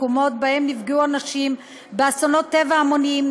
למקומות שבהם נפגעו אנשים באסונות טבע המוניים,